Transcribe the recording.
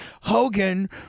Hogan